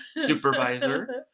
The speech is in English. Supervisor